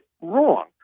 wrong